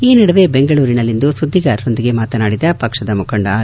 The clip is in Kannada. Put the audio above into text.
ಈ ನಡುವೆ ಬೆಂಗಳೂರಿನಲ್ಲಿಂದು ಸುದ್ದಿಗಾರರೊಂದಿಗೆ ಮಾತನಾಡಿದ ಪಕ್ಷದ ಮುಖಂಡ ಆರ್